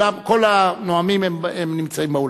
כל הנואמים נמצאים באולם.